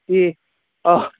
কি অ'